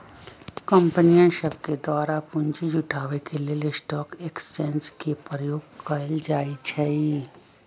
कंपनीय सभके द्वारा पूंजी जुटाबे के लेल स्टॉक एक्सचेंज के प्रयोग कएल जाइ छइ